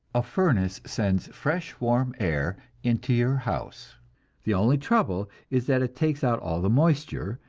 a furnace sends fresh warm air into your house the only trouble is that it takes out all the moisture,